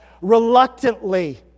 reluctantly